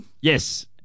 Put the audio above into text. Yes